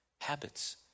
Habits